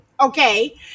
Okay